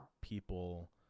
people